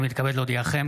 אני מתכבד להודיעכם,